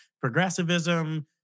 Progressivism